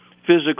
Physical